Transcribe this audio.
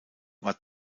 war